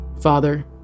Father